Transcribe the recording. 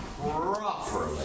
properly